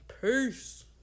Peace